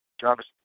Jarvis